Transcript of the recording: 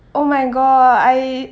oh my god I